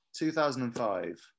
2005